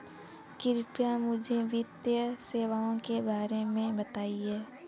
कृपया मुझे वित्तीय सेवाओं के बारे में बताएँ?